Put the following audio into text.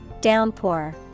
Downpour